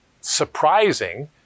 surprising